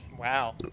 Wow